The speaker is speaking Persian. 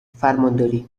فرمانداری